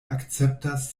akceptas